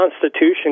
constitution